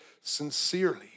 sincerely